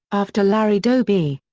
after larry doby.